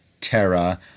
Terra